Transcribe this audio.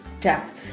tap